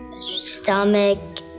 stomach